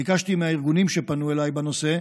ביקשתי מהארגונים שפנו אליי בנושא,